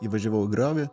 įvažiavau į griovį